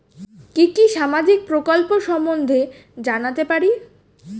কি কি সামাজিক প্রকল্প সম্বন্ধে জানাতে পারি?